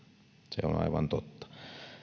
se on aivan totta